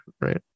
right